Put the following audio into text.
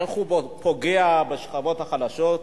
איך הוא פוגע בשכבות החלשות,